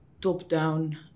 top-down